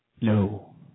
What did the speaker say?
No